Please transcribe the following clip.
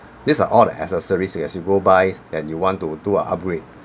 these are all as a service as you go buys and you want to do a upgrade